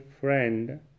friend